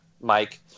mike